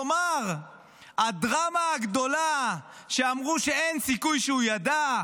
כלומר הדרמה הגדולה, שאמרו שאין סיכוי שהוא ידע,